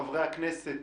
חברי הכנסת,